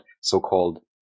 so-called